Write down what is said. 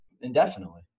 indefinitely